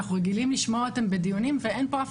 אנחנו רגילים לשמוע אותם בדיונים ואין פה אף